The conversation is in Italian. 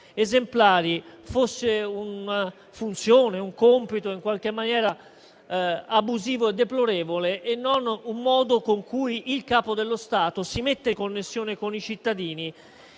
esemplari fosse un compito in qualche maniera abusivo e deplorevole e non un modo con cui il Capo dello Stato si mette in connessione con i cittadini